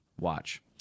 watch